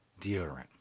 deodorant